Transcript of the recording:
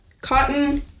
Cotton